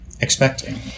Expecting